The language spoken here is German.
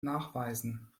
nachweisen